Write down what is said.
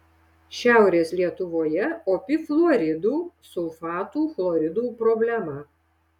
šiaurės lietuvoje opi fluoridų sulfatų chloridų problema